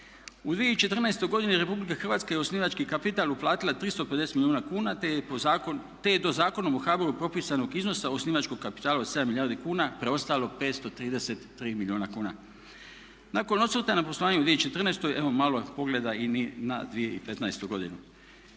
U 2014. godini Republika Hrvatska je u osnivački kapital uplatila 350 milijuna kuna te je to Zakonom o HBOR-u propisanog iznosa osnivačkog kapitala od 7 milijardi kuna preostalo 533 milijuna kuna. Nakon osvrta na Poslovnik 2014. evo malo pogleda i na 2015.godinu.